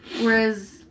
Whereas